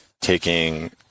taking